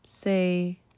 say